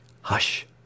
Hush